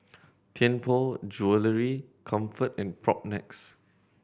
Tianpo Jewellery Comfort and Propnex